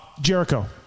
Jericho